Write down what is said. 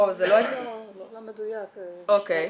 לא מדויק,